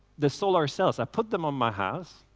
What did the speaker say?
the solar cells, i put them on my house